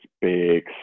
big